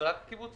זה רק הקיבוצים?